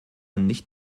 nicht